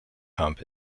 pump